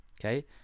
okay